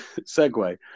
segue